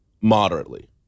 moderately